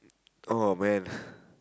oh man